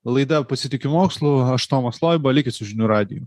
laida pasitikiu mokslu aš tomas loiba likit su žinių radiju